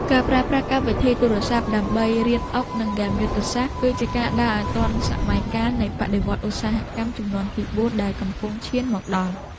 ការប្រើប្រាស់កម្មវិធីទូរស័ព្ទដើម្បីរៀនអុកនិងហ្គេមយុទ្ធសាស្ត្រគឺជាការដើរឱ្យទាន់សម័យកាលនៃបដិវត្តន៍ឧស្សាហកម្មជំនាន់ទីបួនដែលកំពុងឈានមកដល់។